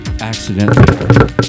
accidentally